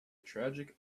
tragic